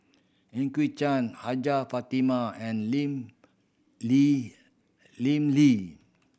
Eugene Chen Hajjah Fatimah and Lim Lee Lim Lee